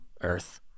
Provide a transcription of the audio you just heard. earth